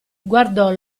guardò